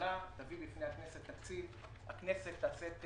שהממשלה תביא בפני הכנסת תקציב, הכנסת תעשה את